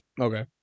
okay